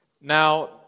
Now